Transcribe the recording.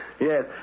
Yes